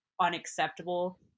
unacceptable